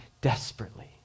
desperately